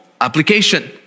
application